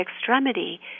extremity